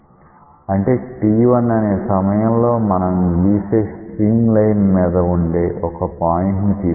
అంటే t1 అనే సమయంలో మనం గీసే స్ట్రీమ్ లైన్ మీద వుండే ఒక పాయింట్ ని తీసుకుంటాం